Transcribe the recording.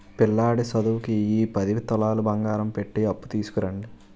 పిల్లాడి సదువుకి ఈ పది తులాలు బంగారం పెట్టి అప్పు తీసుకురండి